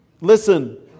Listen